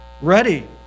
ready